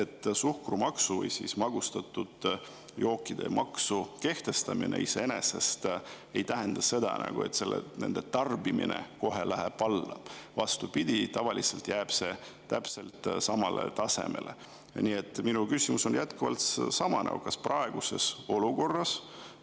et suhkrumaksu või magustatud jookide maksu kehtestamine iseenesest ei tähenda seda, et nende tarbimine kohe läheb alla. Vastupidi, tavaliselt jääb see täpselt samale tasemele. Nii et minu küsimus on jätkuvalt sama: kas praeguses olukorras